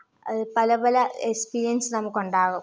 അത് പലപല എസ്പീര്യൻസ് നമുകുണ്ടാവും